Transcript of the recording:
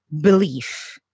belief